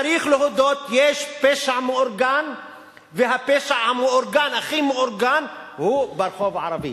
צריך להודות שיש פשע מאורגן והפשע המאורגן הכי מאורגן הוא ברחוב הערבי.